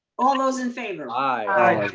all those in favor. i.